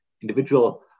individual